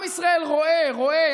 עם ישראל רואה, רואה.